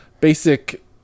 basic